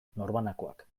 norbanakoak